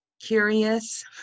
curious